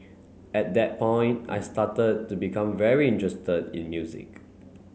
at that point I started to become very interested in music